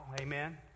Amen